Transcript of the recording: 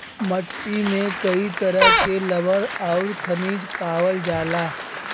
मट्टी में कई तरह के लवण आउर खनिज पावल जाला